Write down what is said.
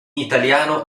italiano